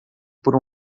por